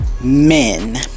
men